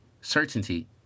certainty